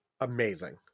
amazing